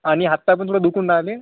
आणि हात पाय पण थोडं दुखून राहिले